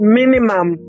minimum